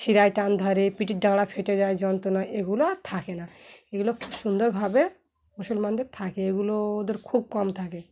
শিরায় টান ধরে পিটির ডাঙরা ফেটে যায় যন্ত্রণা এগুলো থাকে না এগুলো খুব সুন্দরভাবে মুসলমানদের থাকে এগুলো ওদের খুব কম থাকে